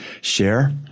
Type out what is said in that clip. share